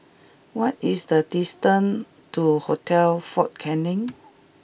what is the distance to Hotel Fort Canning